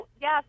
yes